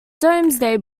domesday